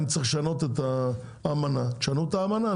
אם צריך לשנות את האמנה תשנו את האמנה.